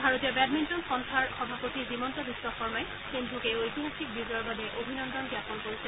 ভাৰতীয় বেডমিণ্টন সন্থাৰ সভাপতি হিমন্ত বিশ্ব শৰ্মাই সিন্ধুক এই ঐতিহাসিক বিজয়ৰ বাবে অভিনন্দন জ্ঞাপন কৰিছে